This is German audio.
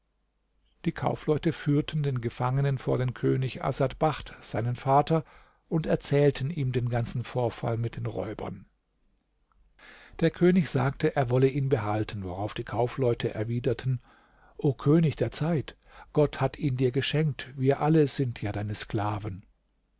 die kaufleute führten den gefangenen vor den könig asad bacht seinen vater und erzählten ihm den ganzen vorfall mit den räubern der könig sagte er wolle ihn behalten worauf die kaufleute erwiderten o könig der zeit gott hat ihn dir geschenkt wir alle sind ja deine sklaven